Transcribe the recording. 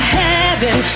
heaven